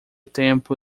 tempo